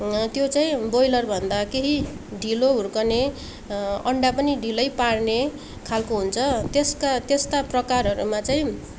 त्यो चाहिँ बोइलरभन्दा केही ढिलो हुर्कने अन्डा पनि ढिलै पार्ने खालको हुन्छ त्यस्का त्यस्ता प्रकारहरूमा चाहिँ